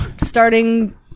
starting